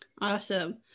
Awesome